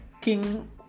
king